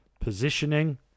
positioning